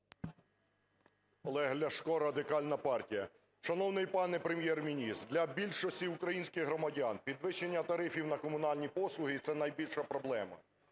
Олег Ляшко, Радикальна партія. Шановний пане Прем'єр-міністре, для більшості українських громадян підвищення тарифів на комунальні послуги – і це найбільша проблема.